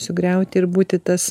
sugriauti ir būti tas